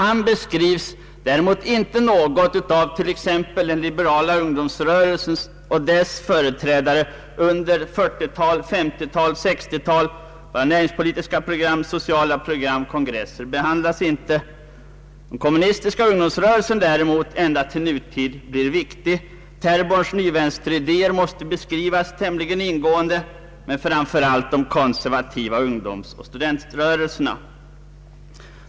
Hansson beskrivs — däremot inte exempelvis den liberala ungdomsrörelsen och dess talesman under 1940-talet, 1950-talet och 1960-talet. Våra näringspolitiska program, sociala program och kongresser behandlas inte. Den kommunistiska ungdomsrörelsen ända till nutid blir däremot viktig. Therborns nyvänsteridéer beskrivs tämligen ingående, men framför allt de konservativa ungdomsoch studentrörelserna.